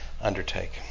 undertake